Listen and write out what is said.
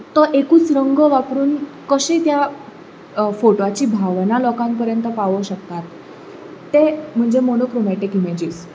तो एकूच रंग वापरून कशें त्या फोटवाची भावना तो त्या लोकां मेरेन पावंक शकता तें म्हणजें मोनोक्रोमॅटीक इमेजीस